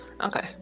Okay